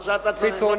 עכשיו אתה צריך לומר,